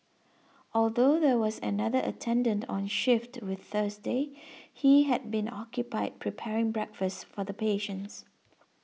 although there was another attendant on shift with Thursday he had been occupied preparing breakfast for the patients